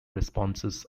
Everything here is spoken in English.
responses